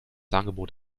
angebot